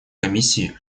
комиссии